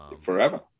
Forever